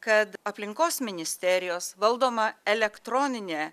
kad aplinkos ministerijos valdoma elektroninė